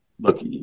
look